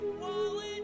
wallet